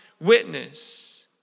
witness